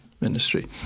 ministry